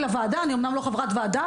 לוועדה אני אומנם לא חברת ועדה,